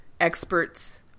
experts